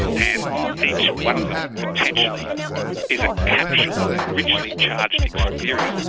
and each one of them potentially is a capsule of richly charged experience.